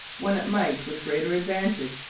when it might, with greater advantage,